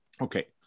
Okay